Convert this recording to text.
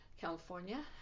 california